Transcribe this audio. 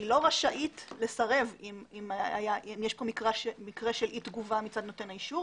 היא לא רשאית לסרב אם יש כאן מקרה של אי תגובה מצד נותן האישור.